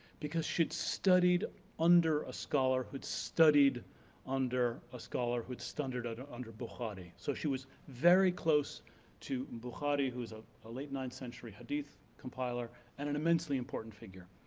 because she'd studied under a scholar who'd studied under a scholar who who'd studied under under bahari. so she was very close to and bahari who is ah a late ninth century hadith compiler, and an immensely important figure.